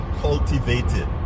cultivated